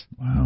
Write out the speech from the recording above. Wow